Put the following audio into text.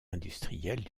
industriels